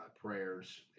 prayers